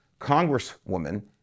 Congresswoman